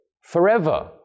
forever